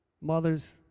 Mothers